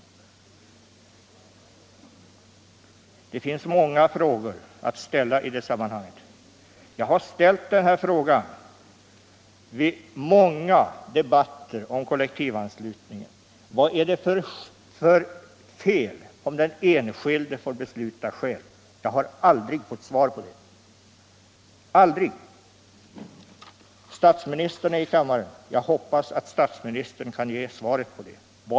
Det finns många frågor att ställa i detta sammanhang. Jag har ställt den här frågan vid många debatter om kollektivanslutning: Vad är det för fel med att låta den enskilde få besluta själv? Jag har aldrig fått Nr 149 något svar på den. Aldrig! Fredagen den Statsministern är i kammaren. Jag hoppas att statsministern kan ge 4 juni 1976 svaret på den frågan.